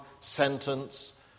sentence